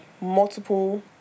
multiple